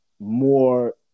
more